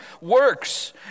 works